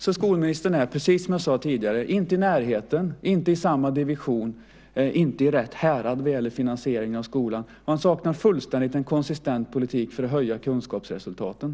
Så skolministern är, precis som jag sade tidigare, inte i närheten, inte i samma division och inte i rätt härad när det gäller finansieringen av skolan. Och han saknar fullständigt en konsistent politik för att höja kunskapsresultaten.